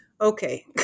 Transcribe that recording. Okay